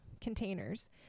containers